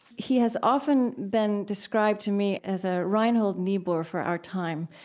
he has often been described to me as a reinhold niebuhr for our time.